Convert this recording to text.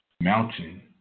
mountain